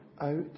out